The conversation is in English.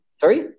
Sorry